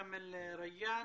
כאמל ריאן